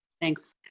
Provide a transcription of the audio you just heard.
thanks